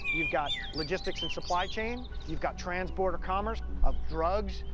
you've got logistics and supply chain. you've got trans-border commerce of drugs,